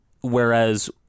Whereas